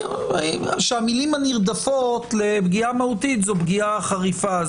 שהמילים הנרדפות לפגיעה מהותית זו פגיעה חריפה,